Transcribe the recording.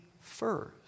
first